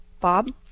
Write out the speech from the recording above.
Bob